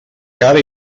cara